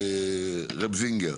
זינגר,